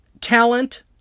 talent